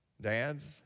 dads